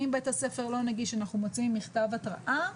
אם בית הספר לא נגיש אנחנו מוציאים מכתב התראה,